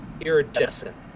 iridescent